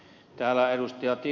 täällä ed